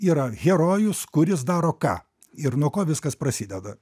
yra herojus kuris daro ką ir nuo ko viskas prasideda